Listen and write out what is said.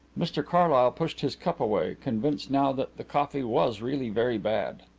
mr carlyle pushed his cup away, convinced now that the coffee was really very bad.